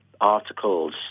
articles